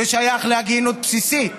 זה שייך להגינות בסיסית.